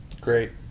Great